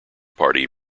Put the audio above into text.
party